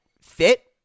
fit